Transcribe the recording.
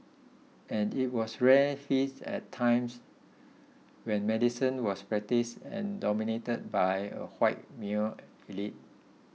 and it was rare feats at a times when medicine was practised and dominated by a white male elite